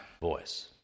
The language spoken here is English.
voice